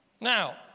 Now